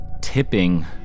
Tipping